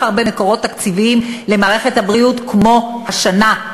הרבה מקורות תקציביים למערכת הבריאות כמו השנה,